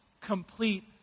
complete